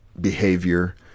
behavior